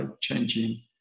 changing